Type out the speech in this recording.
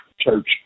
church